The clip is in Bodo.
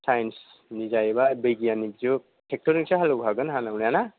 साइन्सनि जायैबाय बिगियाननि जुग ट्रेक्टरजोंसो हालौखागोन हालौनाया ना